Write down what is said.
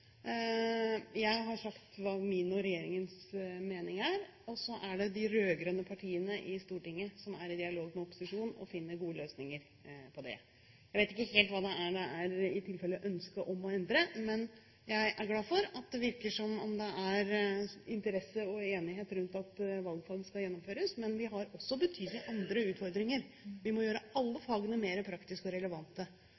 er i dialog med opposisjonen og finner gode løsninger på det. Jeg vet ikke helt hva det i tilfelle er ønske om å endre, men jeg er glad for at det virker som om det er interesse og enighet rundt at valgfag skal gjennomføres. Vi har også andre betydelige utfordringer. Vi må gjøre alle